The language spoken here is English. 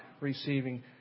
receiving